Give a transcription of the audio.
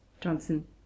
Johnson